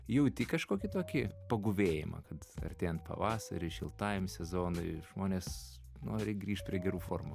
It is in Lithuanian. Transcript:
jauti kažkokį tokį paguvėjimą kad artėjan pavasariui šiltajam sezonui žmonės nori grįžt prie gerų formų